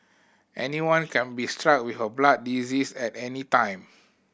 anyone can be struck with a blood disease at any time